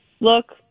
look